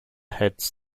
heads